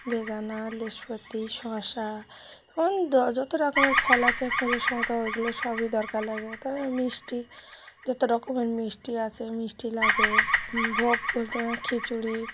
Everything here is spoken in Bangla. বেদানা লেসপতি শশা এবং যত রকমের ফল আছে পুজোর সময় তো ওইগুলো সবই দরকার লাগে তারপর মিষ্টি যত রকমের মিষ্টি আছে মিষ্টি লাগে ভোগ বলতে খিচুড়ি